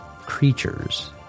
creatures